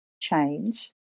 change